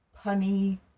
punny